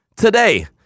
today